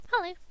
Hello